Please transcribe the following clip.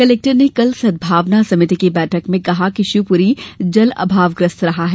collector ने कल सदभावना समिति की बैठक में कहा कि शिवपुरी जल अभावग्रस्त रहा है